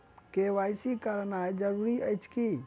KYC करानाइ जरूरी अछि की?